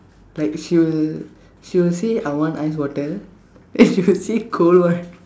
like she will she will say I want ice water and she will say cold one